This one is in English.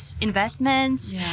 investments